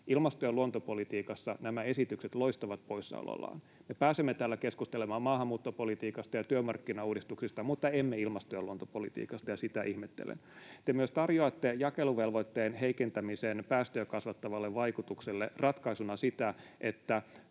ilmasto- ja luontopolitiikassa nämä esitykset loistavat poissaolollaan. Me pääsemme täällä keskustelemaan maahanmuuttopolitiikasta ja työmarkkinauudistuksista mutta emme ilmasto- ja luontopolitiikasta, ja sitä ihmettelen. Te myös tarjoatte jakeluvelvoitteen heikentämisen päästöjä kasvattavalle vaikutukselle ratkaisuna sitä, että